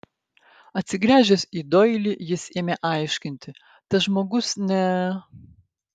atsigręžęs į doilį jis ėmė aiškinti tas žmogus ne